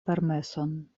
permeson